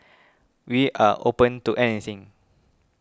we are open to anything